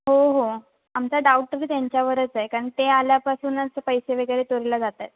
हो हो आमचा डाऊट बी त्यांच्यावरच आहे कारण ते आल्यापासूनच पैसे वेगेरे चोरीला जात आहेत